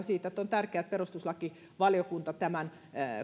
siitä että on tärkeää että perustuslakivaliokunta tämän